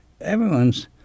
everyone's